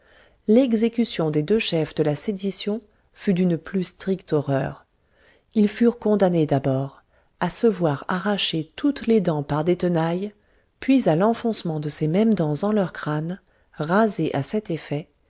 l'exécution des deux chefs de la sédition fut d'une plus stricte horreur ils furent condamnés d'abord à se voir arracher toutes les dents par des tenailles puis à l'enfoncement de ces mêmes dents en leurs crânes rasés à cet effet